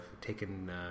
taken